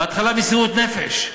בהתחלה מסירות נפש,